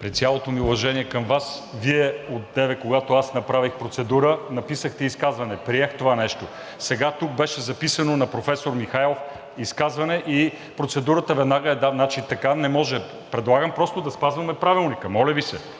при цялото ми уважение към Вас, Вие одеве, когато аз направих процедура, написахте изказване. Приех това нещо. Сега тук беше записано на професор Михайлов изказване и процедурата веднага… Така не може. Предлагам просто да спазваме Правилника, моля Ви се.